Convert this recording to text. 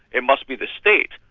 it must be the state.